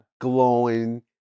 glowing